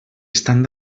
estan